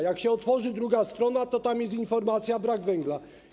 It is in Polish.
Jak się otworzy druga strona, to tam jest informacja: brak węgla.